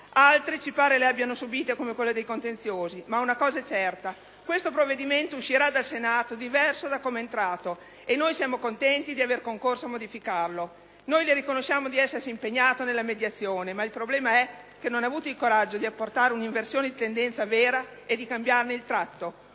Altri ci pare li abbia subiti, come quello sui contenziosi, ma una cosa è certa: questo provvedimento uscirà dal Senato diverso da come è entrato e noi siamo contenti di avere concorso a modificarlo. Noi le riconosciamo di essersi impegnato nella mediazione, ma il problema è che non ha avuto il coraggio di apportare una inversione di tendenza vera e di cambiarne il tratto,